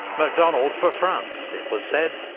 macdonald for france, it was said,